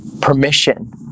permission